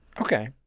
okay